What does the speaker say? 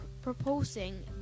Proposing